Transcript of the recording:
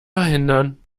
verhindern